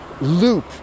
loop